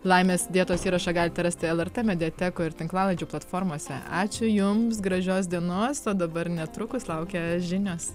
laimės dietos įrašą galite rasti lrt mediatekoje ir tinklalaidžių platformose ačiū jums gražios dienos o dabar netrukus laukia žinios